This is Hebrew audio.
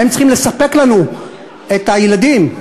הם צריכים לספק לנו את הילדים.